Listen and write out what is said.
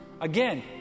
Again